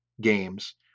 Games